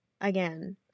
again